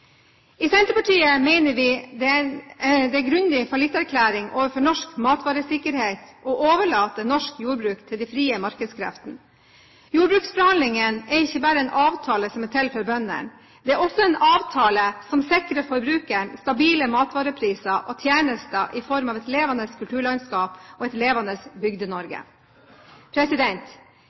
I Senterpartiet mener vi det er en grundig fallitterklæring overfor norsk matvaresikkerhet å overlate norsk jordbruk til de frie markedskreftene. Jordbruksforhandlingene er ikke bare en avtale som er til for bøndene. Det er også en avtale som sikrer forbrukeren stabile matvarepriser og tjenester i form av et levende kulturlandskap og et levende